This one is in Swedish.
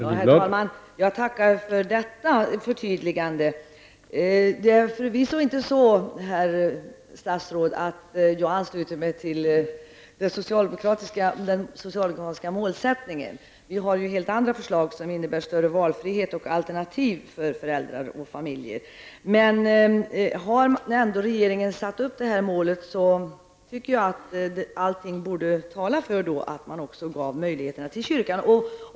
Herr talman! Jag tackar för detta förtydligande. Det är förvisso inte så, herr statsråd, att jag ansluter mig till den socialdemokratiska målsättningen. Vi har ju helt andra förslag som innebär större valfrihet och alternativ för föräldrar och familjer. Men när regeringen nu satt upp det här målet tycker jag att det talar för att man ger kyrkan dessa möjligheter.